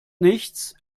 nichts